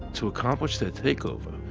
to accomplish their takeover,